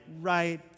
right